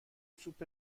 سوپ